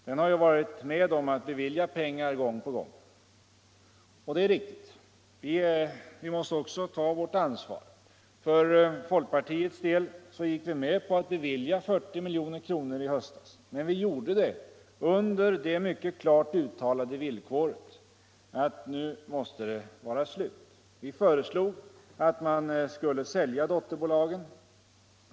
Den har ju varit med om att bevilja pengar gång på gång. Det är riktigt. Vi måste också ta vårt ansvar. För folkpartiets del gick vi med på att bevilja 40 milj.kr. 1 höstas. Men vi gjorde det under det mycket klart uttalade villkoret att nu måste det vara slut. Vi föreslog att man skulle sälja dotterbolagen.